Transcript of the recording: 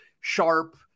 Sharp